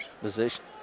position